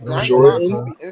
Jordan